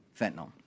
fentanyl